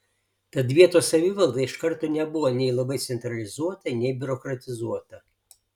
tad vietos savivalda iš karto nebuvo nei labai centralizuota nei biurokratizuota